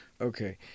Okay